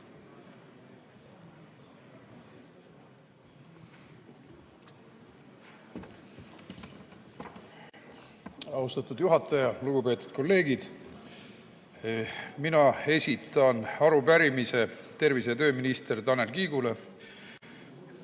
Austatud juhataja! Lugupeetud kolleegid! Mina esitan arupärimise tervise- ja tööminister Tanel Kiigele.